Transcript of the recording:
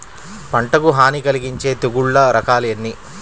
పంటకు హాని కలిగించే తెగుళ్ల రకాలు ఎన్ని?